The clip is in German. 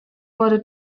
wurde